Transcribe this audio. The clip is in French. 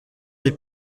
les